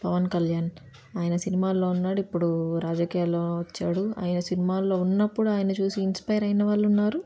పవన్ కళ్యాణ్ ఆయన సినిమాల్లో ఉన్నాడు ఇప్పుడు రాజకీయాల్లో వచ్చాడు ఆయన సినిమాల్లో ఉన్నప్పుడు ఆయన్ని చూసి ఇన్స్పైర్ అయినవాళ్ళు ఉన్నారు